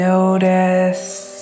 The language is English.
Notice